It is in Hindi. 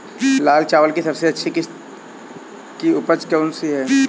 लाल चावल की सबसे अच्छी किश्त की उपज कौन सी है?